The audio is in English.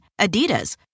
Adidas